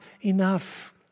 enough